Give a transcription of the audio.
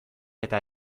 eta